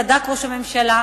צדק ראש הממשלה,